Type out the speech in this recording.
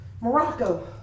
Morocco